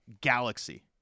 galaxy